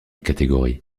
catégorie